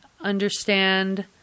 understand